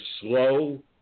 slow